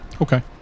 Okay